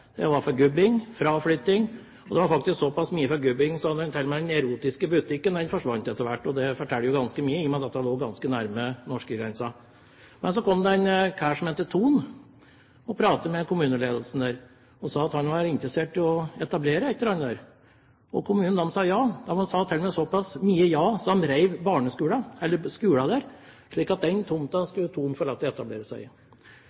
Det var fraflytting og forgubbing. Det var faktisk såpass mye forgubbing at til og med den erotiske butikken etter hvert forsvant. Og det forteller jo ganske mye, i og med at dette lå ganske nært norskegrensen. Men så kom det en kar som het Thon. Han pratet med kommuneledelsen og sa at han var interessert i å etablere et eller annet der. Kommunen sa ja, de sa til og med såpass mye ja at de rev skolen der, slik at på den tomten skulle Thon få lov til å etablere seg.